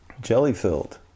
jelly-filled